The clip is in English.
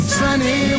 sunny